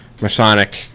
Masonic